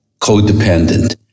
codependent